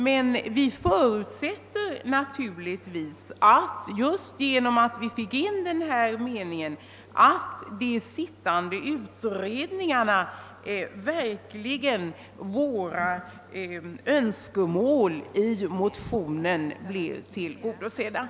Naturligtvis förutsätter vi dock, eftersom vi fick in denna mening, att våra önskemål i motionerna verkligen blir tillgodosedda genom de sittande utredningarna.